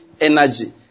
energy